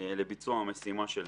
לביצוע המשימה שלהם.